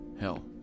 Hell